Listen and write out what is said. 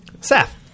Seth